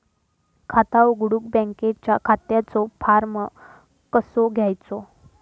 खाता उघडुक बँकेच्या खात्याचो फार्म कसो घ्यायचो?